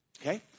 Okay